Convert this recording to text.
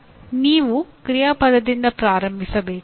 ನೀವು ಕ್ರಿಯಾಪದದಿಂದ ಪ್ರಾರಂಭಿಸಬೇಕು